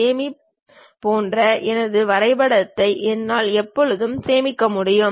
சேமி போன்ற எனது வரைபடத்தை என்னால் எப்போதும் சேமிக்க முடியும்